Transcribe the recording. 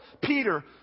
Peter